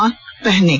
mask पहनें